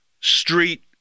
street